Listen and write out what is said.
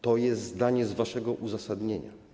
To jest zdanie z waszego uzasadnienia.